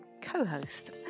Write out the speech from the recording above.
co-host